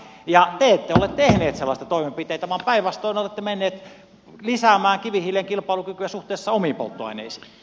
te ette ole tehneet sellaista toimenpidettä vaan päinvastoin olette menneet lisäämään kivihiilen kilpailukykyä suhteessa omiin polttoaineisiin